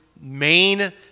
main